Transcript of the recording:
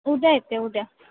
उद्या येते उद्या